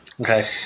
Okay